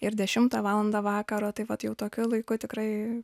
ir dešimtą valandą vakaro taip pat jau tokiu laiku tikrai